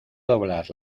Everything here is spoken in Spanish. doblar